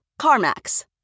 CarMax